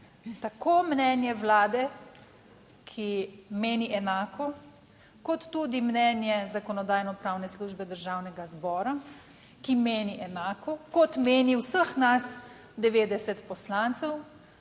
tako mnenje Vlade, ki meni enako kot tudi mnenje Zakonodajno-pravne službe Državnega zbora, ki meni enako kot meni vseh nas. Devetdeset poslancev,